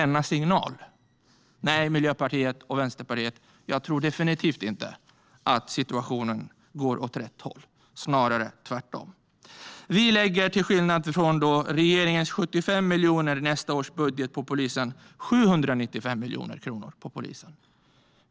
Nej, Miljöpartiet och Vänsterpartiet, jag tror definitivt inte att situationen går åt rätt håll, snarare tvärtom. Till skillnad från regeringens 75 miljoner till polisen i nästa års budget lägger vi 795 miljoner kronor.